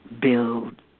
build